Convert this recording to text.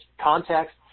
context